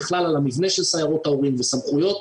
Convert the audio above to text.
בכלל על המבנה של סיירות ההורים וסמכויות,